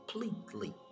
completely